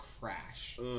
crash